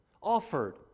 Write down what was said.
offered